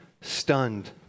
stunned